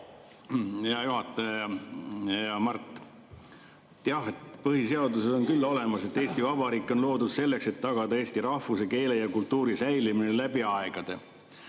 Hea Mart! Põhiseaduses on kirjas, et Eesti Vabariik on loodud selleks, et tagada eesti rahvuse, keele ja kultuuri säilimine läbi aegade.